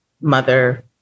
mother